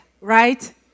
right